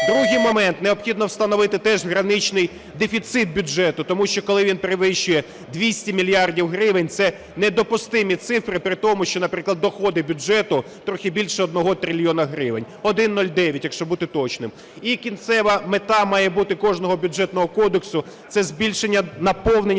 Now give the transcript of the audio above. Другий момент. Необхідно встановити теж граничний дефіцит бюджету. Тому що коли він перевищує 200 мільярдів гривень – це недопустимі цифри при тому, що, наприклад, доходи бюджету трохи більше 1 трильйона гривень, 1,09, якщо бути точним. І кінцева мета має бути кожного Бюджетного кодексу – це збільшення наповнення